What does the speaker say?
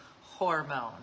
hormone